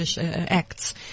acts